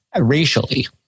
racially